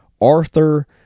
Arthur